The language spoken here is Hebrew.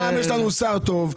הפעם יש לנו שר טוב.